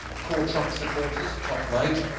core trump supporters, top right,